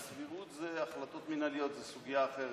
הסבירות זה החלטות מינהליות, זו סוגיה אחרת.